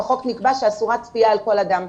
בחוק נקבע שאסורה צפייה על כל אדם,